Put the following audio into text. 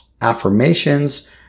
affirmations